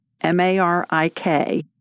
M-A-R-I-K